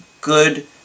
good